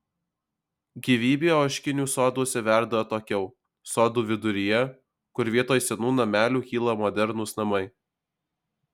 gyvybė ožkinių soduose verda atokiau sodų viduryje kur vietoj senų namelių kyla modernūs namai